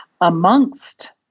amongst